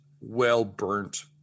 well-burnt